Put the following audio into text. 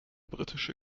britische